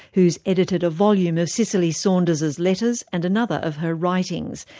who's edited a volume of cicely saunders's letters and another of her writings,